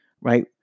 right